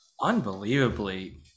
unbelievably